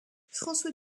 françois